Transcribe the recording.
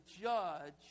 judge